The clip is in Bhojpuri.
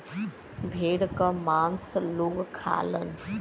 भेड़ क मांस लोग खालन